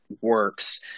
works